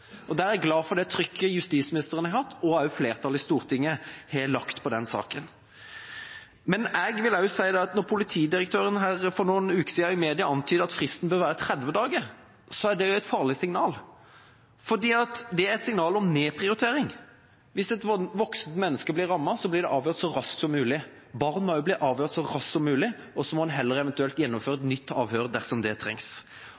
er jeg glad for det trykket justisministeren, og også flertallet i Stortinget, har lagt på den saken. Jeg vil også si at når politidirektøren i media for noen uker antydet at fristen bør være 30 dager, er det et farlig signal. Det er et signal om nedprioritering. Hvis et voksent menneske blir rammet, blir personen avhørt så raskt som mulig. Barn bør også bli avhørt så raskt som mulig, og så får man heller eventuelt gjennomføre